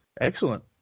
excellent